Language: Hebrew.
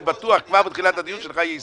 אני בטוח כבר בתחילת הדיון שלך יהיו הסתייגויות.